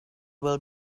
will